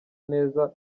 neza